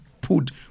put